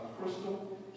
Crystal